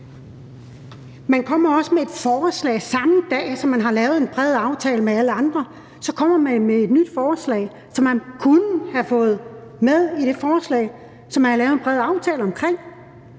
Man kommer også med et nyt forslag samme dag, som man har lavet en bred aftale med alle andre, som man kunne have fået med i det forslag, som man har lavet en bred aftale om.